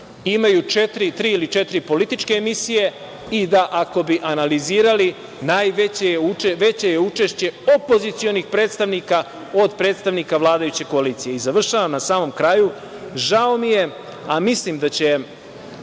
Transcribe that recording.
imaju tri ili četiri političke emisije i da ako bi analizirali, veće je učešće opozicionih predstavnika od predstavnika vladajuće koalicije. Na samom kraju, žao mi je, a mislim da će